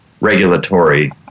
regulatory